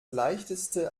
leichteste